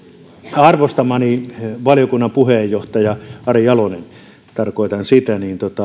arvostamani valiokunnan puheenjohtaja ari jalonen tarkoitan sitä